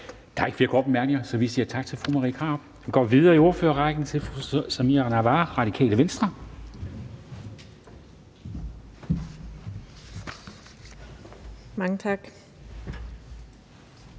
Der er ikke flere korte bemærkninger, så vi siger tak til fru Marie Krarup. Vi går videre i ordførerrækken til fru Samira Nawa, Radikale Venstre. Kl.